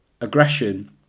aggression